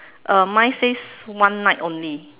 uh mine says one night only